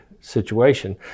situation